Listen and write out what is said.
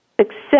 Success